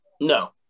No